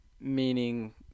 meaning